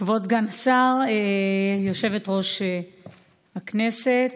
כבוד סגן השר, יושבת-ראש הכנסת,